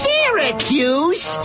Syracuse